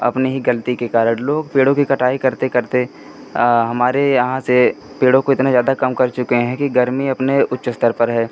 अपने ही ग़लती के कारण लोग पेड़ों की कटाई करते करते हमारे यहाँ से पेड़ों को इतना ज़्यादा कम कर चुके हैं कि गर्मी अपने उच्च स्तर पर है